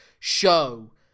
show